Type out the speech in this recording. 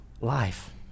life